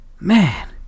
Man